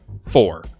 Four